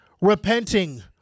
repenting